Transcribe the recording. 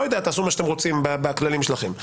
תעשו מה שאתם רוצים בכללים שלכם.